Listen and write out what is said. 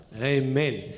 Amen